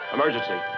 Emergency